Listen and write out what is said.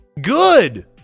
Good